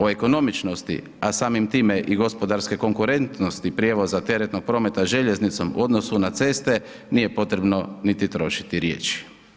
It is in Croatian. O ekonomičnosti, a samim time i gospodarske konkurentnosti prijevoza teretnog prometa željeznicom u odnosu na ceste nije potrebno niti trošiti riječi.